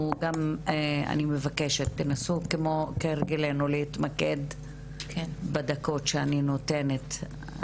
כהרגלנו, תנסו להתמקד בדקות שאני נותנת.